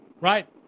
Right